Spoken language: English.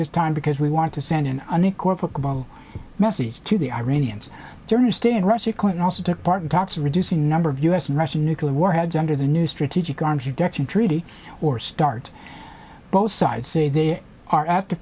this time because we want to send an unequivocal message to the iranians during his stay in russia clinton also took part in talks to reduce the number of u s and russian nuclear warheads under the new strategic arms reduction treaty or start both sides say they are at t